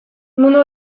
mundu